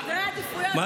אבל אתה שר בממשלה, מרגי.